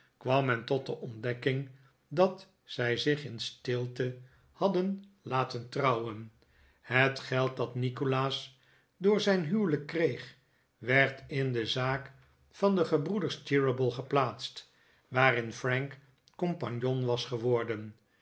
kwam men tot de ontdekking dat zij zich in stilte hadden laten trouwen het geld dat nikolaas door zijn huwelijk kreeg werd in de zaak van de gebroeders cheeryble geplaatst waarin frank compagnon was geworden